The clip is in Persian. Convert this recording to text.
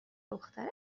دخترت